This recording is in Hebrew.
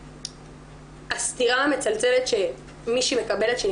והסטירה המצלצלת שמישהי מקבלת כשהיא